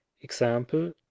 Example